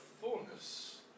fullness